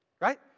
right